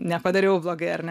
nepadariau blogai ar ne